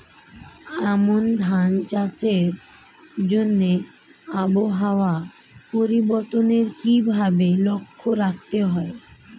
আমন ধান চাষের জন্য আবহাওয়া পরিবর্তনের কিভাবে লক্ষ্য রাখতে হয়?